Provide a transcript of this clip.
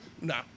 no